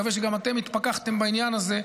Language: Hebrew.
אני מקווה שגם אתם התפכחתם בעניין הזה.